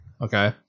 okay